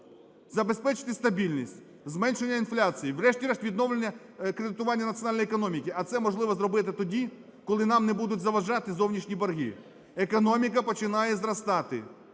забезпечити стабільність, зменшення інфляції і врешті-решт відновлення кредитування національної економіки. А це можливо зробити тоді, коли нам не будуть заважати зовнішні борги. Економіка починає зростати.